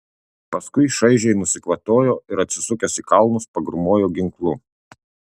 paskui šaižiai nusikvatojo ir atsisukęs į kalnus pagrūmojo ginklu